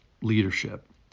leadership